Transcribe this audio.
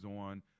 on